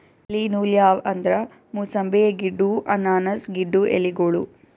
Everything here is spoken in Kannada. ಎಲಿ ನೂಲ್ ಯಾವ್ ಅಂದ್ರ ಮೂಸಂಬಿ ಗಿಡ್ಡು ಅನಾನಸ್ ಗಿಡ್ಡು ಎಲಿಗೋಳು